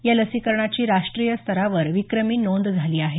या लसीकरणाची राष्टीय स्तरावर विक्रमी नोंद झाली आहे